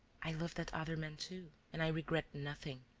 i love that other man too and i regret nothing.